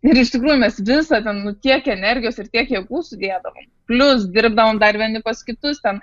ir iš tikrųjų mes visą ten nu tiek energijos ir tiek jėgų sudėdavom plius dirbdavom dar vieni pas kitus ten